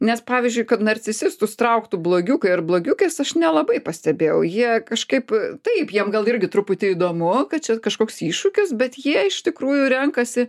nes pavyzdžiui kad narcisistus trauktų blogiukai ar blogiukės aš nelabai pastebėjau jie kažkaip taip jiem gal irgi truputį įdomu kad čia kažkoks iššūkis bet jie iš tikrųjų renkasi